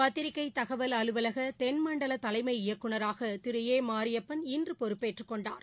பத்திரிகை தகவல் அலுவலக தென்மண்டல தலைமை இயக்குநராக திரு ஏ மாரியப்பன் இன்று பொறுப்பேற்றுக் கொண்டார்